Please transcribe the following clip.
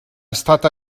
estat